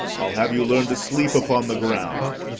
i'll have you learn to sleep upon the ground,